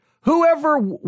whoever